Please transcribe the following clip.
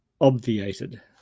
obviated